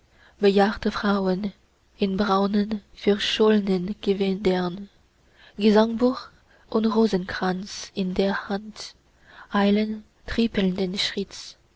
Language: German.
bejahrte frauen in braunen verschollnen gewändern gesangbuch und rosenkranz in der hand eilen trippelnden